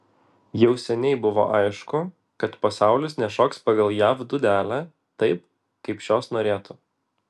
jau seniai buvo aišku kad pasaulis nešoks pagal jav dūdelę taip kaip šios norėtų